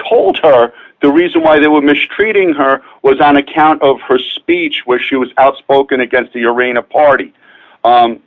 told her the reason why they were mistreating her was on account of her speech where she was outspoken against the arena party